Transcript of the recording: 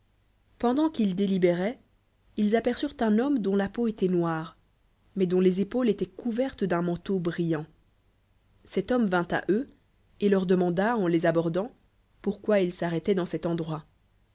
pendant qu'ils e délibéroient ils aperçurent un ho nme dont la peau étoit noire mais dont les épaules étoient couvertes l d'un manteau brillant cet homme vint à eux et leur demanda en les abordant pourquoi ils s'ai'rêt licnt dans cet endroit